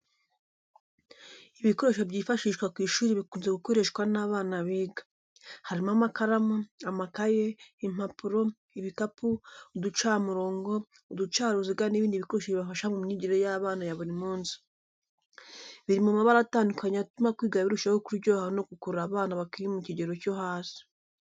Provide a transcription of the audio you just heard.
Ibikoresho byifashishwa ku ishuri bikunze gukoreshwa n’abana biga. Harimo amakaramu, amakaye, impapuro, ibikapu, uducamurongo, uducaruziga n’ibindi bikoresho bifasha mu myigire y’abana ya buri munsi. Biri mu mabara atandukanye atuma kwiga birushaho kuryoha no gukurura abana bakiri mu kigero cyo hasi.